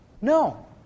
No